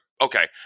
okay